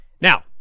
Now